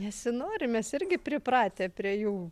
nesinori mes irgi pripratę prie jų